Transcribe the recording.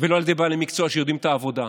ולא על ידי בעלי מקצוע שיודעים את העבודה.